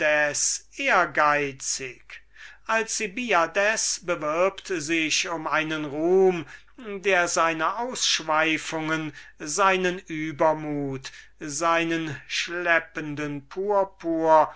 ehrgeizig alcibiades bewirbt sich um einen ruhm der seine ausschweifungen seinen übermut seinen schleppenden purpur